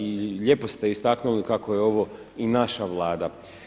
I lijepo ste istaknuli kako je ovo i naša Vlada.